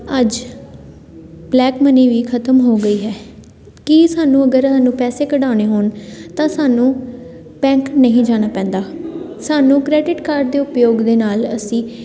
ਅੱਜ black money ਵੀ ਖਤਮ ਹੋ ਗਈ ਹੈ ਕਿ ਸਾਨੂੰ ਅਗਰ ਸਾਨੂੰ ਪੈਸੇ ਕਢਾਉਣੇ ਹੋਣ ਤਾਂ ਸਾਨੂੰ ਬੈਂਕ ਨਹੀਂ ਜਾਣਾ ਪੈਂਦਾ ਸਾਨੂੰ ਕਰੈਡਿਟ ਕਾਰਡ ਦੇ ਉਪਯੋਗ ਦੇ ਨਾਲ ਅਸੀਂ